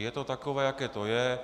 Je to takové, jaké to je.